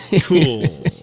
Cool